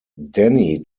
danny